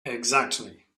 exactly